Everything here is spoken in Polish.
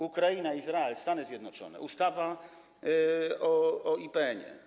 Ukraina, Izrael, Stany Zjednoczone, ustawa o IPN-ie.